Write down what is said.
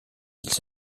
ils